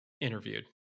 interviewed